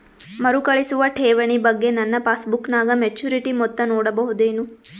ಮರುಕಳಿಸುವ ಠೇವಣಿ ಬಗ್ಗೆ ನನ್ನ ಪಾಸ್ಬುಕ್ ನಾಗ ಮೆಚ್ಯೂರಿಟಿ ಮೊತ್ತ ನೋಡಬಹುದೆನು?